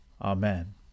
Amen